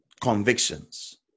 convictions